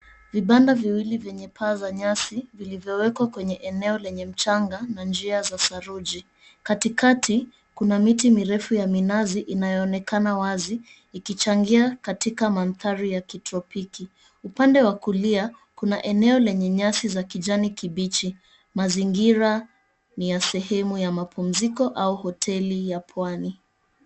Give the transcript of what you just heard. Vibanda viwili vyenye paa za nyasi, vilivyowekwa kwenye eneo lenye mchanga na njia za saruji. Katikati kuna miti mirefu ya minazi inayoonekana wazi, ikichangia katikati ya kitropiki. Upande wa kulia kuna eneo lenye nyasi za kijani kibichi. Mazingira ni ya sehemu ya mapumziko au hoteli ya pwani.